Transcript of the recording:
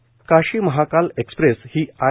Kashi Mahakal express ही I